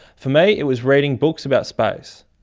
for me, it was reading books about space,